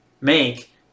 make